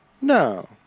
No